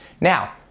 Now